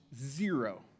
zero